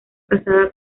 casada